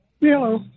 Hello